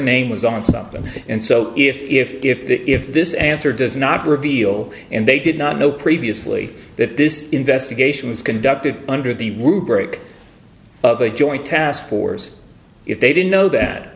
name was on something and so if this answer does not reveal and they did not know previously that this investigation was conducted under the rubric of a joint task force if they didn't know that